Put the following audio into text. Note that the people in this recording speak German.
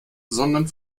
sondern